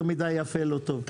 יותר מדי יפה לא טוב,